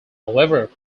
however